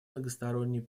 многосторонним